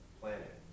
planet